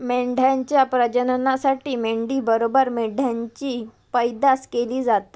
मेंढ्यांच्या प्रजननासाठी मेंढी बरोबर मेंढ्यांची पैदास केली जाता